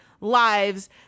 lives